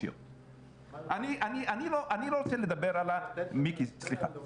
אני לא רוצה לדבר ----- מיקי, סליחה.